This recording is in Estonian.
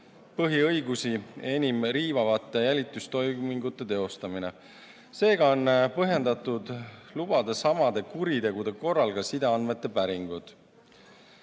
põhiõigusi enim riivavate jälitustoimingute teostamine. Seega on põhjendatud lubada samade kuritegude korral ka sideandmete päringuid.